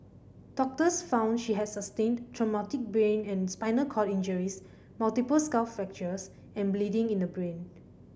doctors found she had sustained traumatic brain and spinal cord injuries multiple skull fractures and bleeding in the brain